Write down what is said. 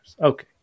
Okay